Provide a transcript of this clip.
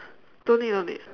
don't need don't need